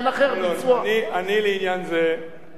זבולון, אני לעניין זה לא רוצה לקבוע,